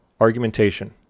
argumentation